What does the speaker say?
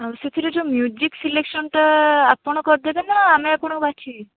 ଆଉ ସେଥିରେ ଯେଉଁ ମ୍ୟୁଜିକ୍ ସିଲେକ୍ସନଟା ଆପଣ କରିଦେବେନା ଆମେ ଆପଣଙ୍କୁ ବାଛି କି